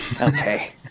Okay